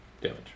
damage